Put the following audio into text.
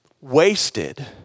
wasted